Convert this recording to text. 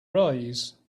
raise